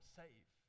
save